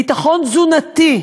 ביטחון תזונתי,